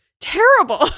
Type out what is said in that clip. Terrible